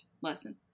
lesson